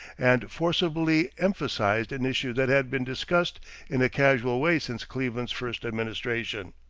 and forcibly emphasized an issue that had been discussed in a casual way since cleveland's first administration.